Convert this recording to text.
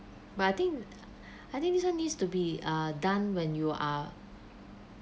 but I think I think this [one] needs to be uh done when you are